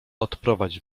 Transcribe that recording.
odprowadź